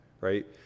right